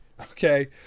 Okay